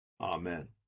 amen